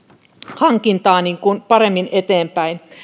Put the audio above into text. hankintaa paremmin eteenpäin